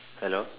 hello